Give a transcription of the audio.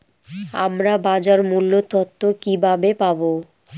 আমরা বাজার মূল্য তথ্য কিবাবে পাবো?